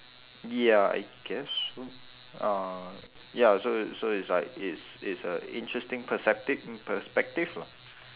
ya I guess so uh ya so so it's like it's it's a interesting perceptiv~ perspective lah